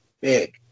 big